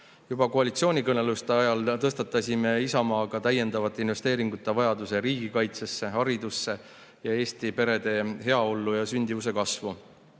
Juba koalitsioonikõneluste ajal tõstatasime Isamaaga täiendavate investeeringute vajaduse riigikaitsesse, haridusse ja Eesti perede heaollu ja sündimuse kasvu.